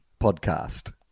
podcast